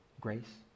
grace